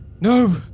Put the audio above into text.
no